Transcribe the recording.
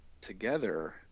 together